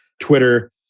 Twitter